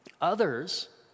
Others